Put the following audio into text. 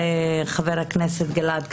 חבר הכנסת גלעד קריב,